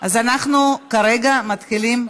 אז אנחנו כרגע מתחילים,